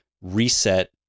Reset